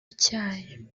icyayi